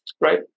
right